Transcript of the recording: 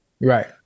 Right